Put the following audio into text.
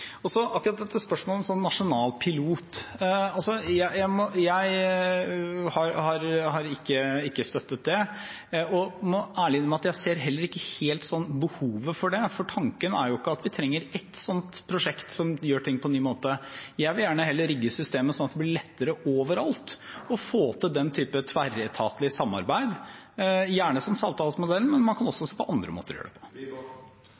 Så akkurat dette spørsmålet om nasjonal pilot: Jeg har ikke støttet det og må ærlig innrømme at jeg ser heller ikke helt behovet for det, for tanken er jo ikke at vi trenger ett slikt prosjekt som gjør ting på en ny måte. Jeg vil heller rigge systemet slik at det blir lettere overalt å få til den typen tverretatlig samarbeid – gjerne som Saltdalsmodellen, men man kan også se på